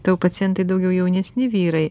tavo pacientai daugiau jaunesni vyrai